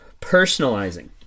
personalizing